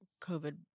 COVID